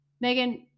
Megan